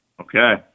Okay